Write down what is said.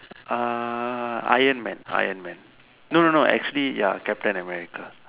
uh Iron-man Iron-man no no no actually ya captain-America